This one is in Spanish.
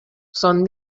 son